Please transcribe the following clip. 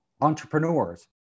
entrepreneurs